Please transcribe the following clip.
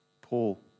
Paul